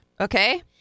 okay